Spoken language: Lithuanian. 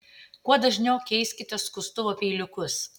kuo dažniau keiskite skustuvo peiliukus